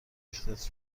ریختت